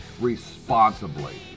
responsibly